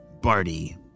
Barty